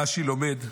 רש"י לומד,